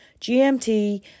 GMT